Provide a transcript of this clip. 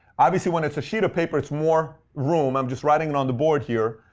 obviously, when it's a sheet of paper it's more room, i'm just writing and on the board here.